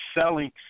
selling